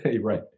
right